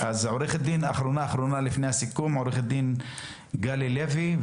אחרונה חביבה עו"ד גלי לוי,